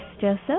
Joseph